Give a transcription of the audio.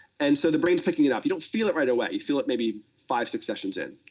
and so the brain's picking it up. you don't feel it right away, you feel it maybe five, six sessions in,